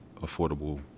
affordable